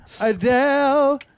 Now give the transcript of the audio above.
Adele